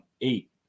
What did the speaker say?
eight